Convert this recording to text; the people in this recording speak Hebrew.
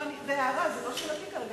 זו הערה, וזאת לא שאלתי כרגע.